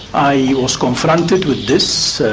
i was confronted with this ah